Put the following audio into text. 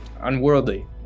unworldly